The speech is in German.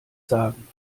sagen